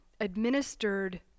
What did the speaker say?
administered